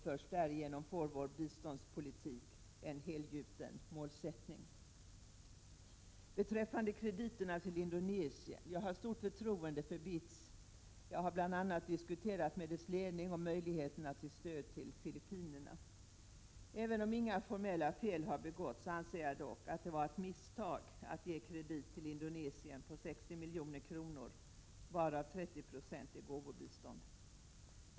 Först därigenom får vår biståndspolitik en helgjuten målsättning. Beträffande krediterna till Indonesien vill jag säga att jag har stort förtroende för BITS. Jag har bl.a. med dess ledning diskuterat möjligheterna till stöd till Filippinerna. Även om inga formella fel har begåtts anser jag att det var ett misstag att ge en kredit till Indonesien på 60 milj.kr., varav 30 96 är gåvobistånd.